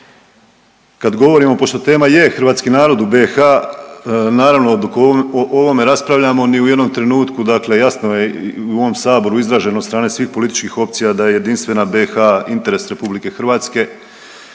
Kad govorimo, pošto tema je hrvatski narod u BiH naravno dok o ovome raspravljamo ni u jednom trenutku dakle jasno je u ovom saboru izraženo od strane svih političkih opcija da je jedinstvena BiH interes RH, suživot